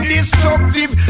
Destructive